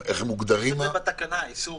יש את זה בתקנות, איסור